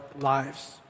lives